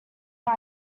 who